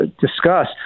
discuss